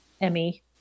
Emmy